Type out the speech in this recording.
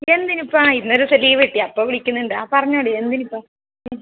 എന്തിനാണിപ്പോൾ ആ ഇന്ന് ഒരു ദിവസം ലീവ് കിട്ടി അപ്പോൾ വിളിക്കുന്നുണ്ട് ആ പറഞ്ഞോടീ എന്തിന് ഇപ്പോൾ